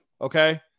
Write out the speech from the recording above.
okay